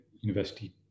university